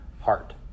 heart